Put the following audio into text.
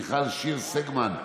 מיכל שיר סגמן,